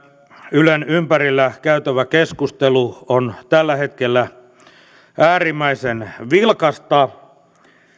ylen ympärillä käytävä keskustelu on tällä hetkellä äärimmäisen vilkasta